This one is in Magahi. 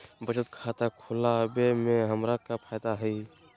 बचत खाता खुला वे में हमरा का फायदा हुई?